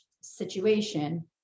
situation